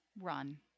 run